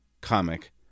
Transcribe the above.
comic